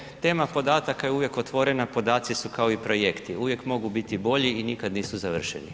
Dakle tema podataka je uvijek otvorena, podaci su kao i projekti, uvijek mogu biti bolji i nikad nisu završeni.